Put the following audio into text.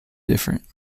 different